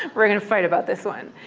we're going to fight about this one.